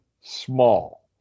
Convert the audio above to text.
small